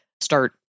start